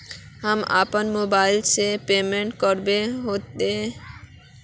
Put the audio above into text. हम अपना मोबाईल से पेमेंट करबे ते होते?